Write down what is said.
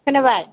खोनाबाय